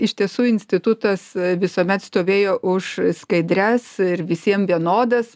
iš tiesų institutas visuomet stovėjo už skaidrias ir visiem vienodas